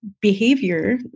behavior